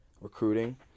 recruiting